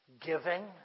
giving